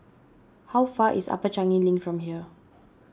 how far is Upper Changi Link from here